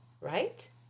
right